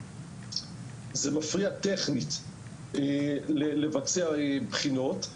זה מפריע טכנית לבצע בחינות.